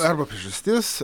arba priežastis